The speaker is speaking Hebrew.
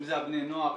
אם זה בני הנוער,